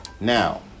Now